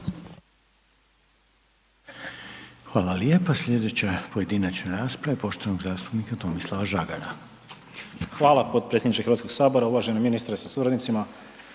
Hvala lijepa, slijedeća pojedinačna rasprava je poštovanog zastupnika Tomislava Žagara. **Žagar, Tomislav (HSU)** Hvala potpredsjedniče Hrvatskog sabora, uvaženi ministre sa suradnicima,